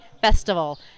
Festival